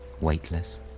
weightless